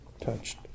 touched